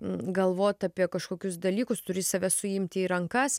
galvot apie kažkokius dalykus turi save suimti į rankas